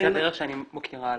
פריצת דרך שאני מוקירה עליה.